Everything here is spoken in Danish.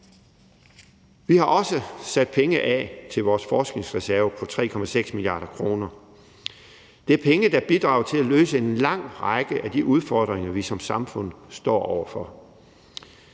Vi har også sat penge af til vores forskningsreserve på 3,6 mia. kr. Det er penge, der bidrager til at løse en lang række af de udfordringer, vi som samfund står over for.